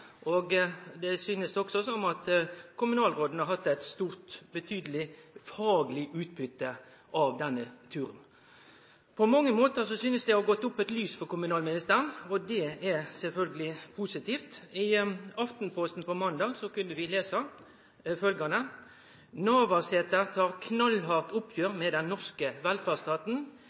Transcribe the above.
og betydeleg fagleg utbytte av denne turen. På mange måtar synest det å ha gått opp eit lys for kommunalministeren, og det er sjølvsagt positivt. I Aftenposten på måndag kunne vi lese følgjande: «Navarsete tar knallhardt oppgjør med den norske velferdsstaten.